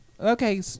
Okay